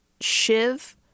Shiv